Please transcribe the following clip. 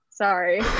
sorry